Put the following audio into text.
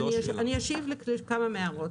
אני אשיב לכמה מההערות.